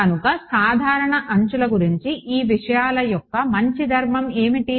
కనుక సాధారణ అంచుల గురించి ఈ విషయాల యొక్క మంచి ధర్మం ఏమిటి